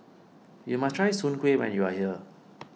you must try Soon Kway when you are here